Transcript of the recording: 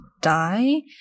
die